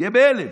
תהיה בהלם.